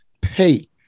pay